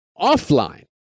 offline